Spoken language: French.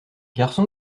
garçon